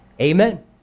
Amen